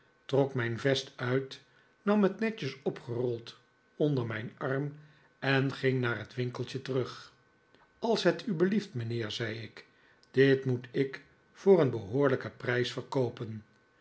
trok mijn vest uit nam het netjes opgerold onder mijn arm en ging naar het winkeltje terug als het u belieft mijnheer zei ik dit moet ik voor een behoorlijken prijs